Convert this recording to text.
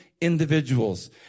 individuals